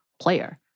player